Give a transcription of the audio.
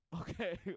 okay